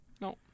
no